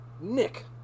Nick